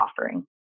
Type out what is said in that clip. offering